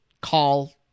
call